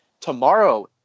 tomorrow